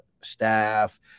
staff